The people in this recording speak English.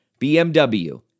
BMW